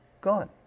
gone